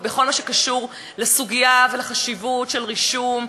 בכל מה שקשור לסוגיה ולחשיבות של רישום.